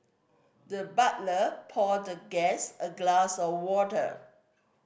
the butler poured the guest a glass of water